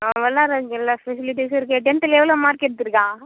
ஆ விளாட்றதுக்கு எல்லா ஃபெஸிலிட்டீஸ்ஸும் இருக்குது டென்த்தில் எவ்வளோ மார்க்கு எடுத்திருக்கான்